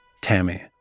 Tammy